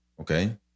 Okay